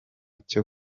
cyo